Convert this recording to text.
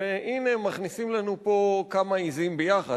והנה, מכניסים לנו פה כמה עזים ביחד.